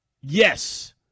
Yes